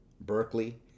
Berkeley